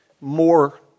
more